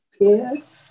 Yes